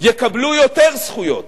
יקבלו יותר זכויות,